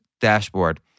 dashboard